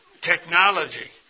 Technology